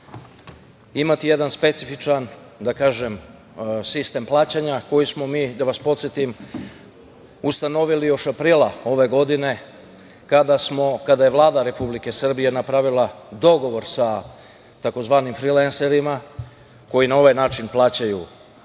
imati jedan specifičan sistem plaćanja koji smo mi, da vas podsetim, ustanovili još aprila ove godine kada je Vlada Republike Srbije napravila dogovor sa tzv. „frilenserima“ koji na ovaj način plaćaju